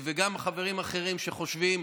וגם חברים אחרים שחושבים,